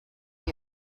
you